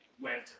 went